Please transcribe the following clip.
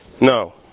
no